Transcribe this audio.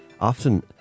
Often